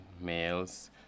males